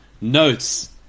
notes